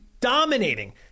dominating